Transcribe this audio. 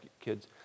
kids